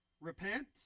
Repent